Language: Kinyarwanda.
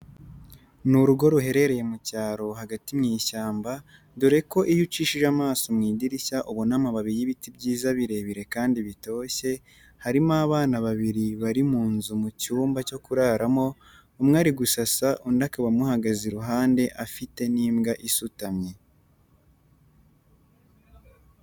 Ni urugo ruherereye mu cyaro hagati mu ishyamba dore ko iyo ucishije amaso mu idirishya ubona amababi y'ibiti byiza birebire kandi bitoshye, harimo abana babiri bari mu nzu mu cyumba cyo kuraramo, umwe ari gusasa undi akaba amuhagaze iruhande afite n'imbwa isutamye.